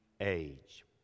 Age